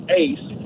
ace